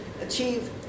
achieve